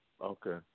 Okay